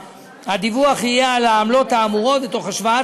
הדיווח יהיה על העמלות האמורות ותוך השוואה